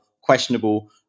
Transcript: questionable